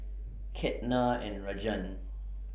Ketna and Rajan